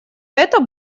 это